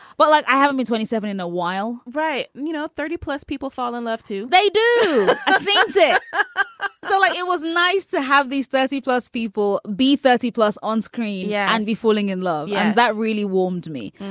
well, like i haven't been twenty seven in a while. right. you know, thirty plus people fall in love, too. they do it so yeah so like it was nice to have these thirty plus people be thirty plus onscreen. yeah. and be falling in love. yeah that really warmed me.